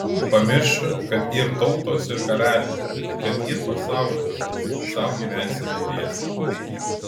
pamiršiu kad yr tautos ir karaliai kad yr pasaulis sau gyvensime dviese